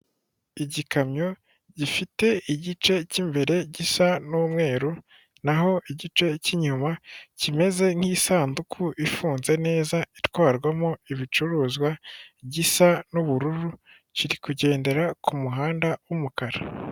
Igikamyo gifite igice cy'imbere gisa n'umweru, naho igice cy'inyuma kimeze nk'isanduku ifunze neza itwarwamo ibicuruzwa gisa n'ubururu, kiri kugendera ku muhanda w'umukara.